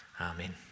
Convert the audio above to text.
Amen